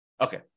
Okay